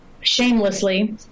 shamelessly